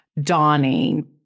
dawning